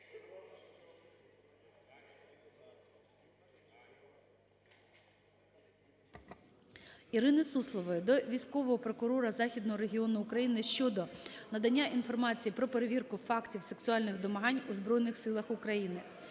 Ірини Суслової до Військового прокурора Західного регіону України щодо надання інформації про перевірку фактів сексуальних домагань у Збройних силах України.